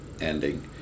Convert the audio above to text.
ending